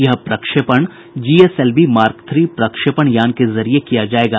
यह प्रक्षेपण GSLV mark three प्रक्षेपण यान के जरिए किया जाएगा